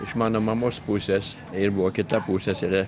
iš mano mamos pusės ir buvo kita pusseserė